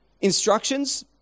instructions